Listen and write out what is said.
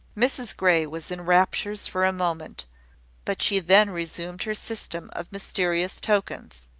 mrs grey was in raptures for a moment but she then resumed her system of mysterious tokens.